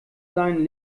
seinen